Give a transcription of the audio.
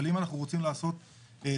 אבל אם אנחנו רוצים לעשות תיעול,